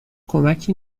کمکی